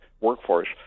workforce